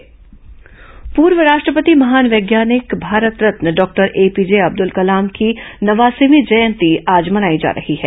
अब्दूल कलाम जयंती पूर्व राष्ट्रपति महान वैज्ञानिक भारत रत्न डॉक्टर एपीजे अब्दुल कलाम की नवासीवीं जयंती आज मनाई जा रही है